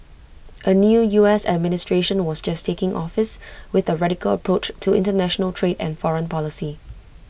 A new U S administration was just taking office with A radical approach to International trade and foreign policy